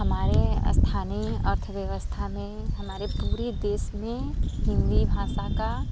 हमारे स्थानीय अर्थव्यवस्था में हमारे पूरे देश में हिंदी भाषा का